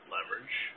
Leverage